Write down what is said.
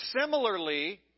similarly